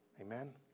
amen